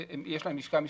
יש להם לשכה משפטית,